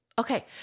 Okay